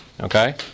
Okay